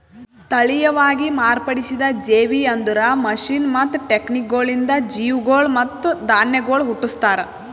ತಳಿಯವಾಗಿ ಮಾರ್ಪಡಿಸಿದ ಜೇವಿ ಅಂದುರ್ ಮಷೀನ್ ಮತ್ತ ಟೆಕ್ನಿಕಗೊಳಿಂದ್ ಜೀವಿಗೊಳ್ ಮತ್ತ ಧಾನ್ಯಗೊಳ್ ಹುಟ್ಟುಸ್ತಾರ್